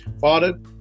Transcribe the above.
Father